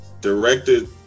directed